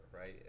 right